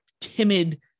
timid